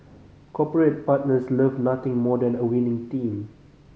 corporate partners love nothing more than a winning team